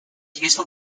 useful